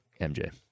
MJ